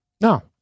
no